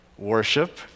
Worship